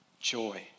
joy